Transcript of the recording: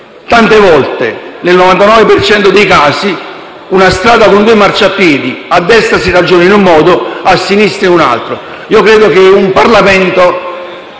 Tante volte - nel 99 per cento dei casi - in una strada con due marciapiedi, a destra si ragiona in un modo, a sinistra in un altro. Un Parlamento